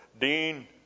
Dean